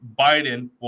Biden